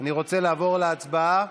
אני רוצה לעבור להצבעה.